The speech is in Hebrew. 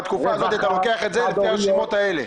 בתקופה הזאת אתה לוקח את זה לפי הרשימות האלה.